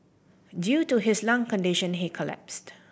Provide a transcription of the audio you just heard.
due to his lung condition he collapsed